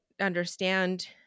understand